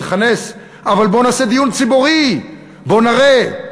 תכנס, אבל בוא נעשה דיון ציבורי, בואו נראה.